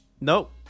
Nope